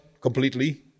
completely